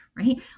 right